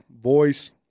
voice